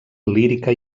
lírica